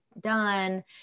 done